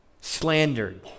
slandered